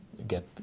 get